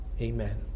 Amen